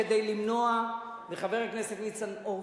כדי למנוע מחבר הכנסת ניצן הורוביץ,